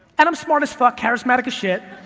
and i'm smart as fuck, charismatic as shit.